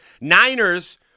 Niners